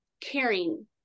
caring